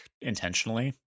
intentionally